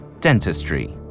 dentistry